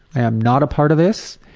i am not a part of this,